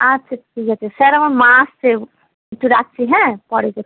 আচ্ছা ঠিক আছে স্যার আমার মা আসছে একটু রাখছি হ্যাঁ পরে করবো